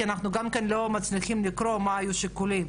כי אנחנו לא מצליחים לקרוא מה היו השיקולים.